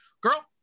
girl